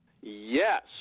Yes